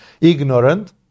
ignorant